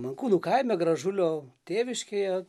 mankūnų kaime gražulio tėviškėje